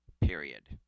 period